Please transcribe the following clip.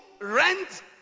rent